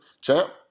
champ